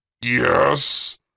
Yes